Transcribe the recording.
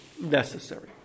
necessary